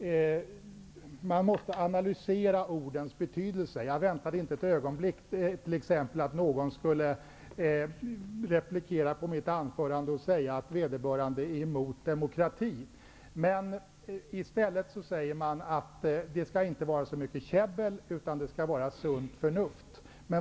Man måste analysera ordens betydelse. Jag väntade inte ett ögonblick t.ex. att någon skulle replikera på mitt anförande och säga att vederbörande är emot demokrati. I stället säger man att det inte skall vara så mycket käbbel, utan det skall vara sunt förnuft.